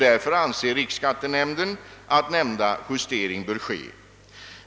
Därför anser riksskattenämnden att nämnda justering bör göras.